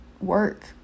work